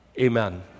Amen